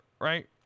Right